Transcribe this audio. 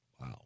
Wow